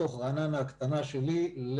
בתוך רעננה הקטנה שלי,